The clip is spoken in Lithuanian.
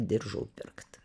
diržų pirkt